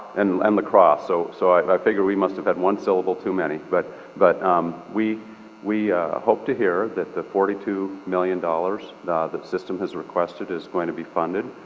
and and la crosse. so so i figure we must have had one syllable too many but but um we we hope to hear that the forty two million dollars the system has requested is going to be funded.